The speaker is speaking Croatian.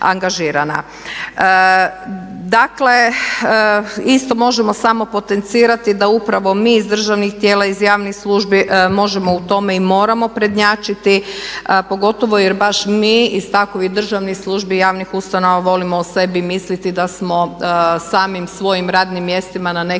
Dakle, isto možemo samo potencirati da upravo mi iz državnih tijela, iz javnih službi možemo u tome i moramo prednjačiti pogotovo jer baš mi iz takovih državnih službi i javnih ustanova volimo o sebi misliti da smo samim svojim radnim mjestima na neki